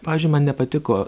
pavyzdžiui man nepatiko